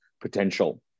potential